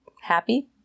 happy